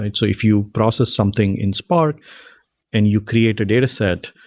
and so if you process something in spark and you create a dataset,